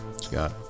Scott